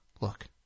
Look